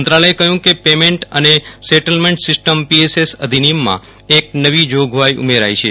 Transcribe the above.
મંત્રાલયે કહયું કે પેમેન્ટ અને સેટલમેન્ટ સિસ્ટમ પીએસએસ અધિનિથમમાં એક નવી જોગવાઇ ઉમેરાઇ છે